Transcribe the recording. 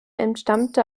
entstammte